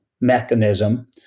mechanism